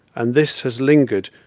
and this has lingered,